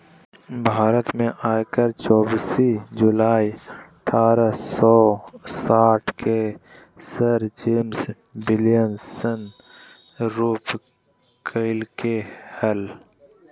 भारत में आयकर चोबीस जुलाई अठारह सौ साठ के सर जेम्स विल्सन शुरू कइल्के हल